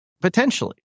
Potentially